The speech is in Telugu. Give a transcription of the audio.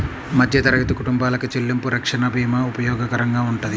మధ్యతరగతి కుటుంబాలకి చెల్లింపు రక్షణ భీమా ఉపయోగకరంగా వుంటది